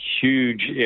huge